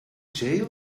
jail